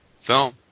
Film